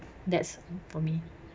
that's for me